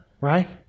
Right